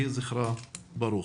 יהי זכרה ברוך.